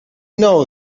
know